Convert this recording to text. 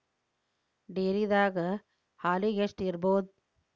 ಡೈರಿದಾಗ ಹಾಲಿಗೆ ಎಷ್ಟು ಇರ್ಬೋದ್?